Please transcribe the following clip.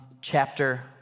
chapter